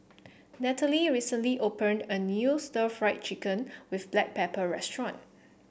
Natalie recently opened a new Stir Fried Chicken with Black Pepper restaurant